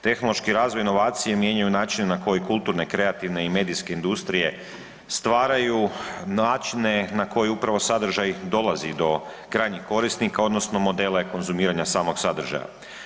Tehnološki razvoj i inovacije mijenjaju načine na koji kulturne, kreativne i medijske industrije stvaraju načine na koji upravo sadržaj dolazi do krajnjih korisnika odnosno modele konzumiranja samog sadržaja.